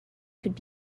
could